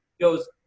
Goes